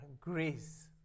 grace